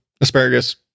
asparagus